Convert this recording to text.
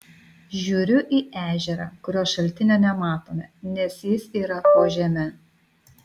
žiūriu į ežerą kurio šaltinio nematome nes jis yra po žeme